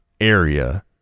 area